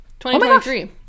2023